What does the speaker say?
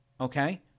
okay